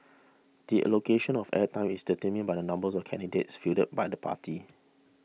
the allocation of air time is determined by the number of candidates fielded by the party